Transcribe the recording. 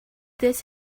this